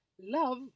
Love